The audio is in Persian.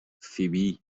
فیبی